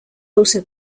also